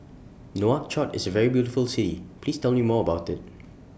Nouakchott IS A very beautiful City Please Tell Me More about IT